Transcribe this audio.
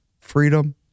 Freedom